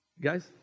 guys